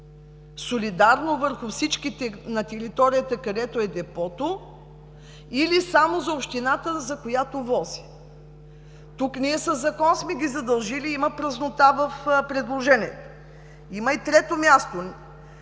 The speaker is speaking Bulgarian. Солидарно върху всичките на територията, където е депото, или само за общината, за която вози? Тук със Закон сме ги задължили – има празнота в предложението. Има и трето място.